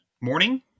morning